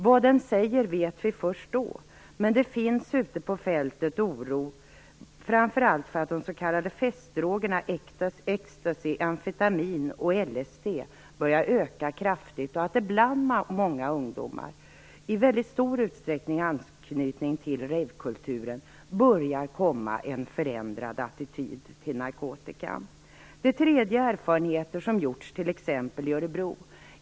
Vad den säger vet vi först då, men det finns ute på fältet oro framför allt för att de s.k. festdrogerna extacy, amfetamin och LSD börjar öka kraftigt och att det bland många ungdomar, i väldigt stor utsträckning i anknytning till ravekulturen, börjar komma en förändrad attityd till narkotikan. Den tredje erfarenheten har gjorts t.ex. i Örebro.